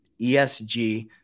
ESG